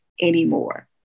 anymore